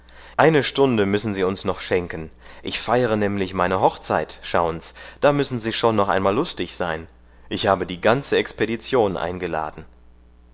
eine stunde müssen sie uns noch schenken ich feiere nämlich meine hochzeit schauen's da müssen sie schon noch einmal lustig sein ich habe die ganze expedition eingeladen